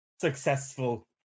successful